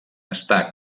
està